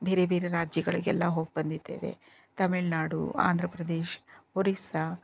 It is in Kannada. ಬೇರೆ ಬೇರೆ ರಾಜ್ಯಗಳಿಗೆಲ್ಲ ಹೋಗಿ ಬಂದಿದ್ದೇವೆ ತಮಿಳುನಾಡು ಆಂಧ್ರಪ್ರದೇಶ ಒರಿಸ್ಸಾ